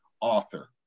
author